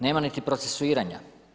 Nema niti procesuiranja.